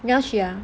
你要去啊